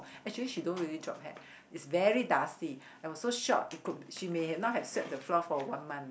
actually she don't really drop hair it's very dusty I'm so shocked it could she may not have swept the floor for one month